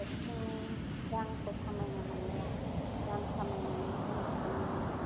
थाइसे थाइनै रांफोर खामायनो हायो रां खामायनानै जों बेजोंनो